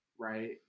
right